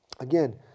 Again